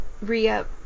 re-up